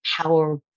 power